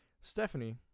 Stephanie